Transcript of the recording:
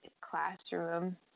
classroom